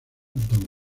don